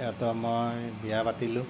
ইয়াতে মই বিয়া পাতিলোঁ